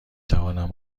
توانم